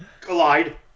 collide